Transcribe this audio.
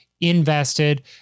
invested